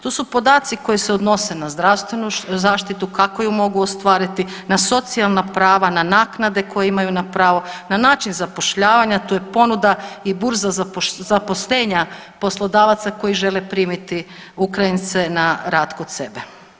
Tu su podaci koji se odnose na zdravstvenu zaštitu kako ju mogu ostvariti, na socijalna prava, na naknade koje imaju na pravo, na način zapošljavanja, tu je ponuda i burza zaposlenja poslodavaca koji žele primiti Ukrajince na rad kod sebe.